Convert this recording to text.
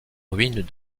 ruines